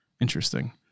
Interesting